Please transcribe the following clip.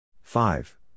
five